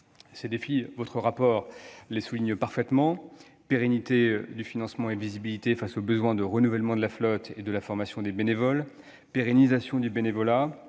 d'information les souligne parfaitement : pérennité du financement et visibilité face aux besoins de renouvellement de la flotte et de la formation des bénévoles ; pérennisation du bénévolat-